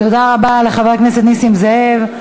תודה רבה לחבר הכנסת נסים זאב.